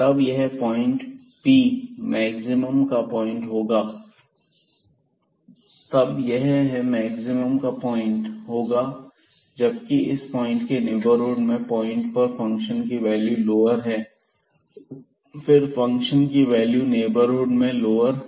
तब यह point Pab maximum का पॉइंट होगा कब यह है मैक्सिमम का पॉइंट होगा जबकि इस पॉइंट के नेबरहुड में पॉइंट पर फंक्शन की वैल्यू लोअर है तो फिर फंक्शन की वैल्यू नेबरहुड में लोअर है